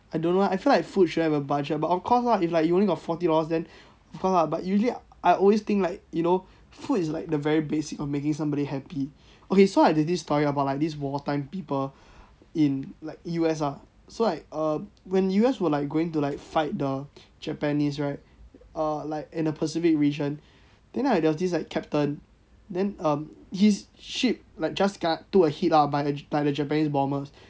I don't know I feel like food shouldn't have a budget but of course lah if like you only got fourty dollars then of course lah but usually I always think like you know food is like the very basic of making somebody happy okay like this story about like this war time people in like U_S ah so like err when U_S were like going to fight like the japanese right err in a specific region then like there was like this captain then um his ship like just guard do a hit lah by the japanese bombers